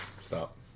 Stop